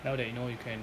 now that you know you can